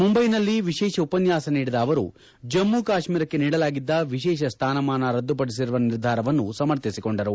ಮುಂದೈನಲ್ಲಿ ವಿತೇಷ ಉಪನ್ನಾಸ ನೀಡಿದ ಅವರು ಜಮ್ನು ಕಾಶ್ಮೀರಕ್ಕೆ ನೀಡಲಾಗಿದ್ದ ವಿಶೇಷ ಸ್ವಾನಮಾನ ರದ್ದುಪಡಿಸಿರುವ ನಿರ್ಧಾರವನ್ನು ಸಮರ್ಥಿಸಿಕೊಂಡರು